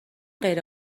غیر